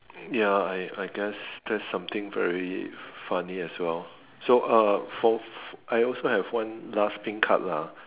ya I I guess that's something very funny as well so uh for I also have one last pink card lah